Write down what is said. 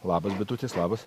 labas bitutės labas